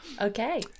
okay